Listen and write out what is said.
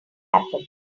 happen